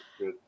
good